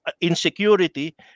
insecurity